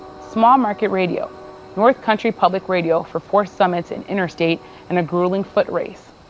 small market radio north country public radio for four summits, an interstate and a grueling foot race.